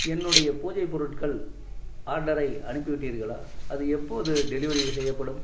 என்னுடைய பூஜை பொருட்கள் ஆர்டரை அனுப்பிவிட்டீர்களா அது எப்போது டெலிவெரி செய்யப்படும்